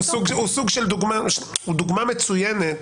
הקריפטו הוא דוגמה מצוינת